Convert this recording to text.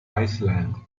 iceland